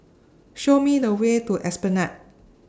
Show Me The Way to Esplanade